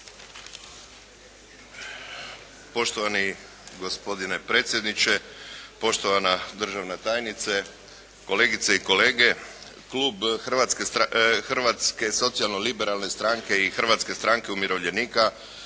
Poštovani gospodine predsjedniče, poštovana državna tajnice, kolegice i kolege. Klub Hrvatske socijalno-liberalne stranke i Hrvatske stranke umirovljenika